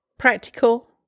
Practical